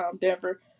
Denver